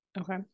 Okay